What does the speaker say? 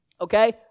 Okay